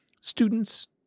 students